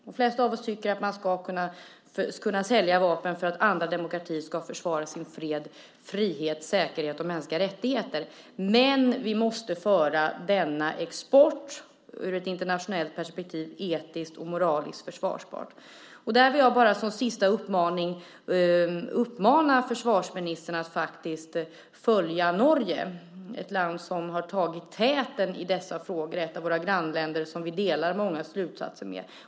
De flesta av oss tycker att man ska kunna sälja vapen för att andra demokratier ska försvara sin fred, frihet, säkerhet och mänskliga rättigheter. Men vi måste ur ett internationellt perspektiv sköta denna export etiskt och moraliskt försvarbart. Där vill jag bara till sist uppmana försvarsministern att faktiskt följa Norge, ett av våra grannländer som har tagit täten i dessa frågor och som vi delar många slutsatser med.